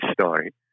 story